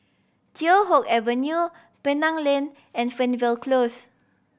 Teow Hock Avenue Penang Lane and Fernvale Close